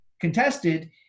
contested